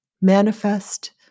manifest